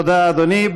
תודה, אדוני.